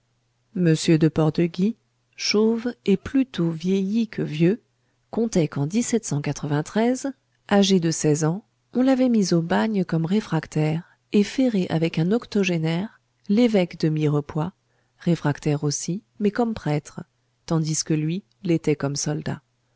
m de port de guy chauve et plutôt vieilli que vieux contait qu'en âgé de seize ans on l'avait mis au bagne comme réfractaire et ferré avec un octogénaire l'évêque de mirepoix réfractaire aussi mais comme prêtre tandis que lui l'était comme soldat